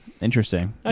Interesting